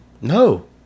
No